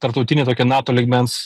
tarptautinį tokį nato lygmens